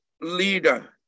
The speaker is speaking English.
leader